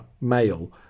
male